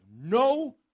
no